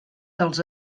dels